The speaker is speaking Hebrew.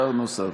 שר נוסף.